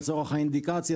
לצורך האינדיקציה,